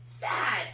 bad